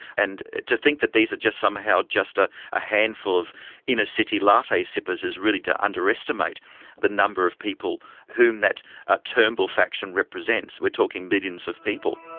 and to think that these are just somehow just a ah handful of inner city latte sippers is really to underestimate the number of people whom that ah turnbull faction represents. we're talking millions of people.